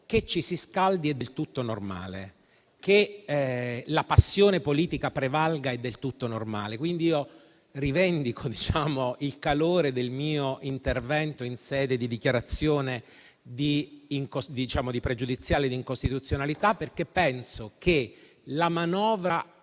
che ci si scaldi è del tutto normale, che la passione politica prevalga è del tutto normale. Quindi, io rivendico il calore del mio intervento in sede di dichiarazione sulla questione pregiudiziale di incostituzionalità, perché penso che la manovra